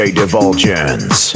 divulgence